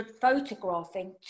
photographing